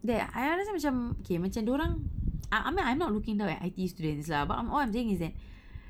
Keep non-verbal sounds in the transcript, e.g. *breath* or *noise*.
that I understand macam okay macam dia orang uh I mean I'm not looking down at I_T_E students lah but I'm all I'm saying is that *breath*